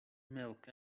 milk